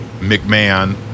McMahon